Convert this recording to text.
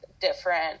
different